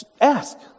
ask